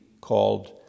called